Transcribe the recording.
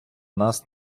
нас